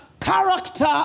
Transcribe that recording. character